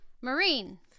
Marine